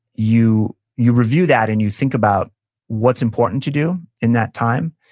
you you review that, and you think about what's important to do in that time,